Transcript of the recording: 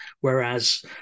whereas